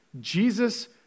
Jesus